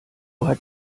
hat